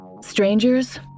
Strangers